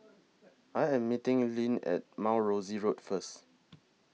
I Am meeting Lynne At Mount Rosie Road First